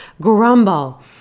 grumble